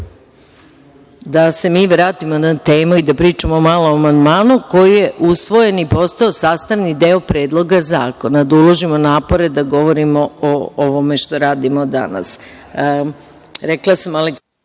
se mi vratimo na temu i da pričamo malo o amandmanu koji je usvojen i postao sastavni deo Predloga zakona. Da uložimo napore da govorimo o ovome što radimo danas. Reč